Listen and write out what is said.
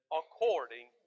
according